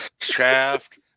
Shaft